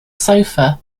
sofa